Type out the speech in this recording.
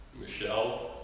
michelle